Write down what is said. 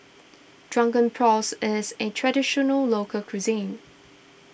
Drunken Prawns is a Traditional Local Cuisine